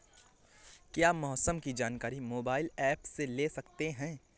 क्या मौसम की जानकारी मोबाइल ऐप से ले सकते हैं?